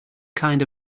kind